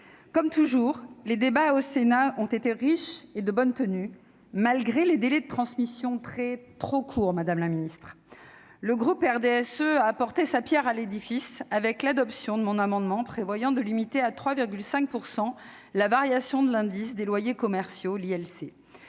Comme toujours, les débats au Sénat ont été riches et de bonne tenue, malgré des délais de transmission très courts, et même trop courts, madame la ministre. Le groupe RDSE a apporté sa pierre à l'édifice, avec l'adoption de mon amendement visant à limiter à 3,5 % la variation de l'indice des loyers commerciaux (ILC).